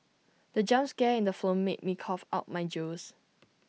the jump scare in the film made me cough out my juice